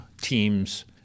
teams